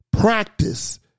practice